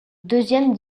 deuxième